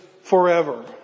forever